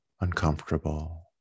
uncomfortable